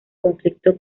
conflicto